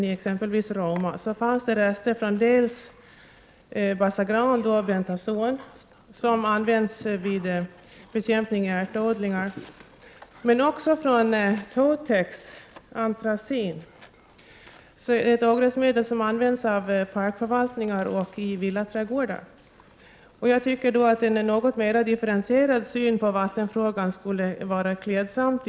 Det förutsätter att även råvaran, dvs. grundvattnet, är av god kvalitet.